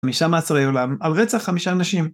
חמישה מעצרי עולם, על רצח חמישה אנשים.